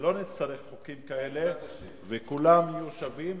שלא נצטרך חוקים כאלה וכולם יהיו שווים.